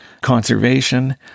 conservation